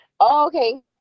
Okay